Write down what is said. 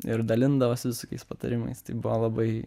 ir dalindavosi visokiais patarimais tai buvo labai